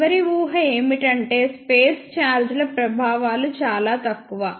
చివరి ఊహ ఏమిటంటే స్పేస్ ఛార్జీల ప్రభావాలు చాలా తక్కువ